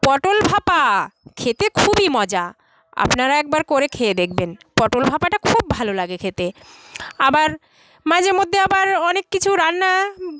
পটল ভাপা খেতে খুবই মজা আপনারা একবার করে খেয়ে দেখবেন পটল ভাপাটা খুব ভালো লাগে খেতে আবার মাঝে মধ্যে আবার অনেক কিছু রান্না